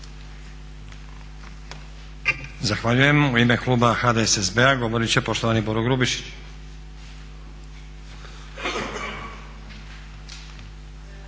Zahvaljujem. U ime kluba HDSSB-a govorit će poštovani Boro Grubišić.